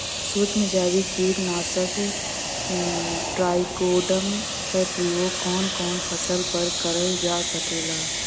सुक्ष्म जैविक कीट नाशक ट्राइकोडर्मा क प्रयोग कवन कवन फसल पर करल जा सकेला?